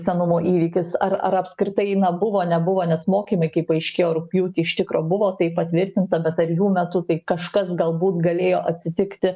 senumo įvykis ar ar apskritai na buvo nebuvo nes mokymai kaip paaiškėjo rugpjūtį iš tikro buvo tai patvirtinta bet ar jų metu tai kažkas galbūt galėjo atsitikti